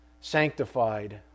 sanctified